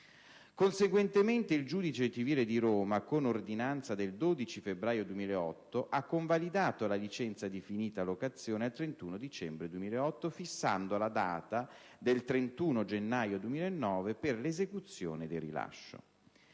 Conseguentemente il giudice civile di Roma, con ordinanza del 12 febbraio 2008, ha convalidato la licenza di finita locazione al 31 dicembre 2008, fissando la data del 31 gennaio 2009 per l'esecuzione del rilascio.